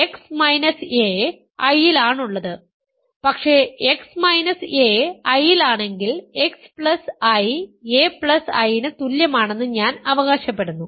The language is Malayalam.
x a I ലാണുള്ളത് പക്ഷേ x a I ലാണെങ്കിൽ xI aI ന് തുല്യമാണെന്ന് ഞാൻ അവകാശപ്പെടുന്നു